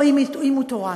או אם הוא תורן.